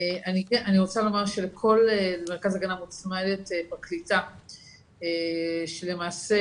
אני רוצה לומר שלכל מרכז הגנה מוצמדת פרקליטה שהיא למעשה